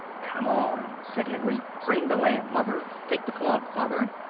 come on, said henry bring the lamp, mother take the club, father,